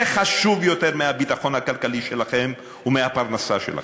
זה חשוב יותר מהביטחון הכלכלי שלכם ומהפרנסה שלכם.